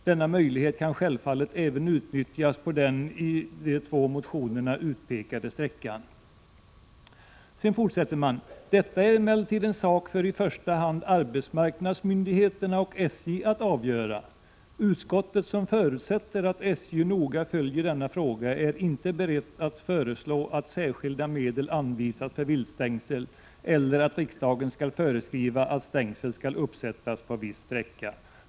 Denna möjlighet kan självfallet även utnyttjas på den i de två motionerna utpekade sträckan.” Sedan fortsätter utskottet: ”Detta är emellertid en sak för i första hand arbetsmarknadsmyndigheterna och SJ att avgöra. Utskottet, som förutsätter att SJ noga följer denna fråga, är inte berett att föreslå att särskilda medel anvisas för viltstängsel eller att riksdagen skall föreskriva att stängsel skall uppsättas på viss sträcka.